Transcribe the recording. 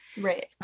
Right